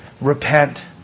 Repent